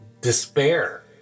despair